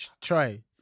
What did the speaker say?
Try